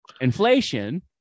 Inflation